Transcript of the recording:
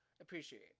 appreciate